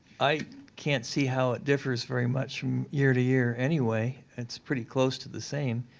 i can't see how it differs very much from year-to-year anyway. it's pretty close to the same.